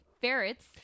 ferrets